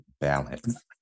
balance